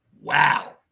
Wow